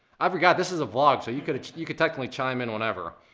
i forgot, this is a vlog, so you could you could technically chime in whenever.